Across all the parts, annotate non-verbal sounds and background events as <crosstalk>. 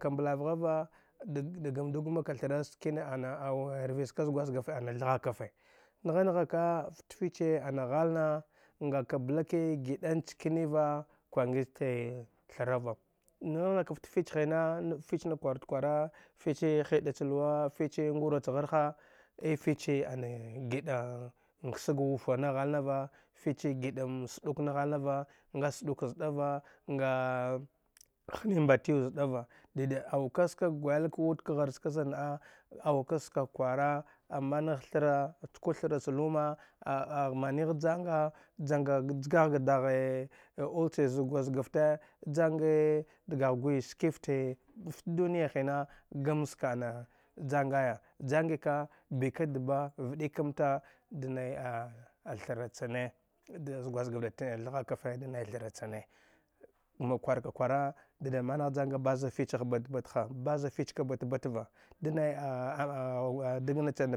Ka mblavghava da da gamdu gma ka thra skimna ana au rviskaz gwajgaft ana thghakafe nhja nghaka fta fiche ana ghal na ngaka blaki gidanchniva kwangi che thrava ngha ngha kafta fich hina fich nakwarud kwara fiche hiɗacha luwa fiche ngura cha ghar ha a fiche ana gida ngsag wufa na fiche ana giɗa ngsag wufa na ghal nava nga suduk zbava nga <hesitation> hni mmbatiw zdava dida dauka ska gwail kawud kaghar ska zanna’a auka ska kwara zanna’a auka ska kwara a mangh thra <hesitation> ku thra cha luma a’ amanigh janga <unintelligible> a oul che zug gwajgafte jangii dgagh gwi skifti fat duniya hina gam ska ana jangaya, jangika bika dba vɗikam ta danai a athara chane <hesitation> z gwajgafte da thfhakafe danai thara chane, ma kwarka kwara dada managh janga baza fichagh bat—bat ha baza fich ka bat-bat va danai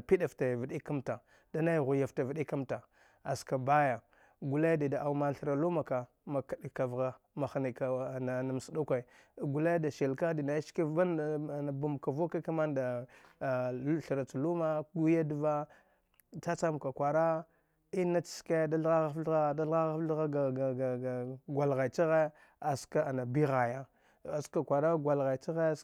piɗ fta vɗikammta aska baya gule dida au man thra lumaka makaɗaka vhja ma hnika ana ana msuduke, gulee de sil ka dinnaiski vanna <hesitation> ana bam ka vuke kmanda <hesitation> thra cha luma ku wiyadva cha cham ka thgha da thgha ghaf thgha ga ga gwal gham chaghe aska ana bi ghaya aska kwara gwai ghai chaghe